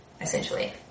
essentially